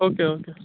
okay okay